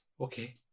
okay